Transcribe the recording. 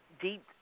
deep